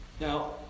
Now